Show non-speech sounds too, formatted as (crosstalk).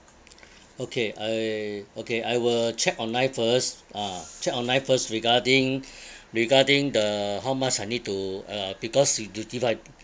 (noise) okay I okay I will check online first ah check online first regarding regarding the how much I need to uh because you do it like